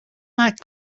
not